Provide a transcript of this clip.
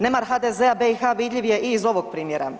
Nemar HDZ-a BiH vidljiv je i iz ovog primjera.